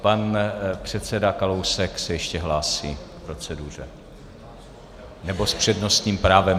Pan předseda Kalousek se ještě hlásí k proceduře, nebo s přednostním právem.